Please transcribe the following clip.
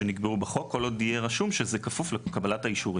שנקבעו בחוק כל עוד יהיה רשום שזה כפוף לקבלת האישורים